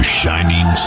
shining